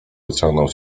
wyciągnął